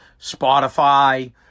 Spotify